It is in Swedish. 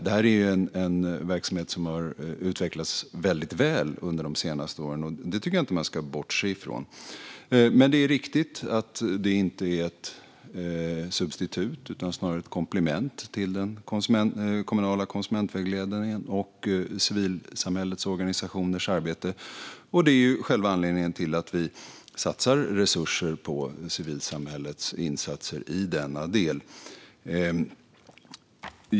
Det här är alltså en verksamhet som har utvecklats väldigt väl under de senaste åren, och det tycker jag inte att man ska bortse från. Det är riktigt att det inte är ett substitut utan snarare ett komplement till den kommunala konsumentvägledningen och civilsamhällets organisationers arbete, och det är själva anledningen till att vi satsar resurser på civilsamhällets insatser i denna del.